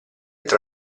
tra